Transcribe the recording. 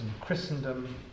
Christendom